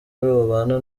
babana